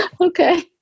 Okay